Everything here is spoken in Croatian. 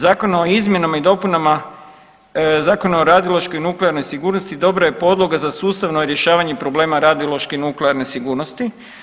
Zakon o izmjenama i dopunama Zakona o radiološkoj i nuklearnoj sigurnosti dobra je podloga za sustavno rješavanje problema radiološke i nuklearne sigurnosti.